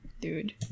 Dude